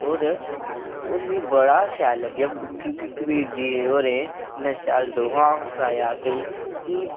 होर होर मिगी बड़ा शैल लग्गेआ क्योंकि कबीर जी होरें इन्ना शैल दोहा सनाया असेंगी कि